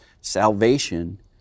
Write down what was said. salvation